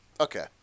Okay